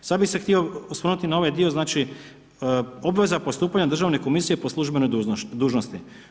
Sad bi se htio osvrnuti na ovaj dio, znači, obveza postupanja državne komisije po službenoj dužnosti.